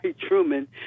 Truman